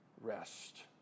rest